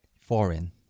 Foreign